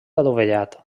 adovellat